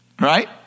Right